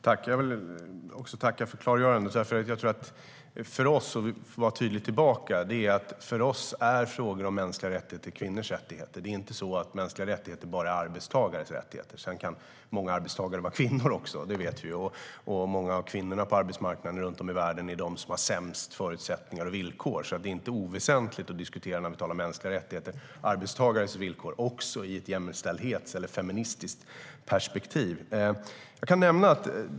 Fru talman! Jag tackar för klargörandet. Låt mig vara tydlig tillbaka. För oss är mänskliga rättigheter kvinnors rättigheter och inte bara arbetstagares rättigheter. Men många arbetstagare är kvinnor, och på arbetsmarknader runt om i världen har kvinnor ofta sämst förutsättningar och villkor. Det är därför inte oväsentligt med arbetstagares villkor när vi talar om mänskliga rättigheter, också i ett jämställdhetsperspektiv eller feministiskt perspektiv.